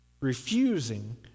refusing